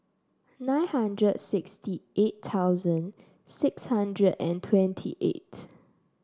nine hundred sixty eight thousand six hundred and twenty eight